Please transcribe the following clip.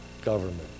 government